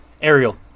Ariel